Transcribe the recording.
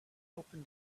open